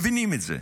מבינים את זה.